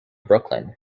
brooklyn